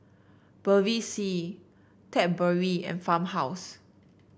Bevy C Cadbury and Farmhouse